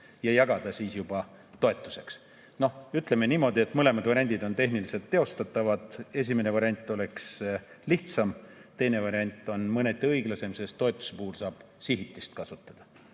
ja jagada siis juba toetuseks. Ütleme niimoodi, et mõlemad variandid on tehniliselt teostatavad. Esimene variant oleks lihtsam, teine variant on mõneti õiglasem, sest toetuste puhul saab sihitust kasutada. Aga